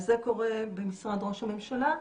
אז זה קורה במשרד ראש הממשלה.